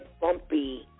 bumpy